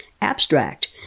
Abstract